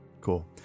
Cool